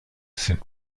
sind